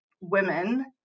women